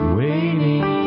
waiting